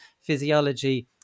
physiology